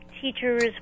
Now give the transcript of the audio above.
teachers